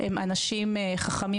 הם אנשים חכמים,